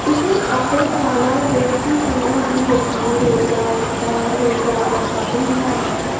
ਉਸਨੇ ਆਪਣੇ ਨਾਲ ਨਾਲ ਹੋਰ ਵੀ ਪੰਦਰ੍ਹਾਂ ਵੀਹ ਲੋਕਾਂ ਨੂੰ ਰੁਜ਼ਗਾਰ ਦਿੱਤਾ ਹੈ ਰੁਜ਼ਗਾਰ ਦਾ ਸਾਧਨ ਬਣਾਇਆ ਹੈ